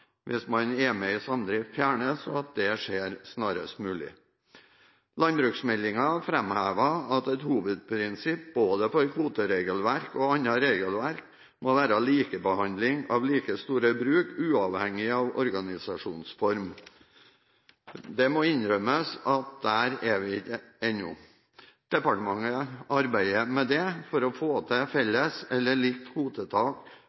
hvis man er med i samdrift, fjernes, og at det skjer snarest mulig. Landbruksmeldingen framhevet at et hovedprinsipp for både kvoteregelverk og annet regelverk må være likebehandling av like store bruk uavhengig av organisasjonsform. Det må innrømmes at der er vi ikke ennå. Departementet arbeider med å få til